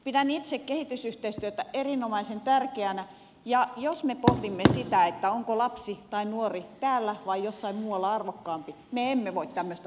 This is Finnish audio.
pidän itse kehitysyhteistyötä erinomaisen tärkeänä ja jos me pohdimme sitä onko lapsi tai nuori täällä vai jossain muualla arvokkaampi me emme voi tämmöistä pohdintaa käydä